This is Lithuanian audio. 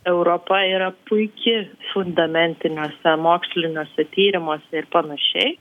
europa yra puiki fundamentiniuose moksliniuose tyrimuose ir panašiai